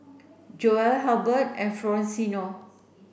Joella Halbert and Florencio